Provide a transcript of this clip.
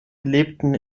lebten